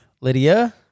Lydia